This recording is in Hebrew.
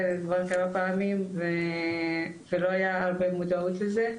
כבר כמה פעמים ולא הייתה הרבה מודעות לזה.